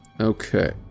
Okay